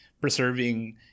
preserving